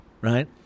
right